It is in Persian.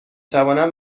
توانم